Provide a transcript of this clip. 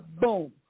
Boom